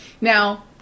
Now